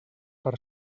per